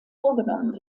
vorgenommen